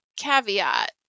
caveat